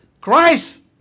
Christ